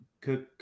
cook